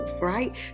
right